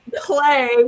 play